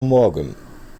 morgan